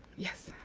yes?